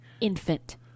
Infant